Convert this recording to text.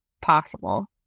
possible